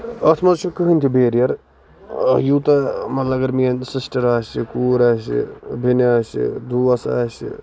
اَتھ منٛز چھُنہٕ کٔہٕںۍ تہِ بیریر یوٗتاہ اَگر مطلہٕ میٲنۍ سِسٹر آسہِ کوٗر آسہِ بیٚنہِ آسہِ دوس آسہِ